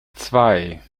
zwei